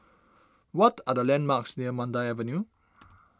what are the landmarks near Mandai Avenue